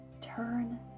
Turn